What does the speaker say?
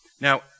Now